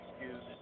excuse